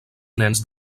nens